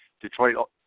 Detroit